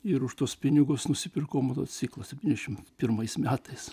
ir už tuos pinigus nusipirkau motociklą septyniasdešimt pirmais metais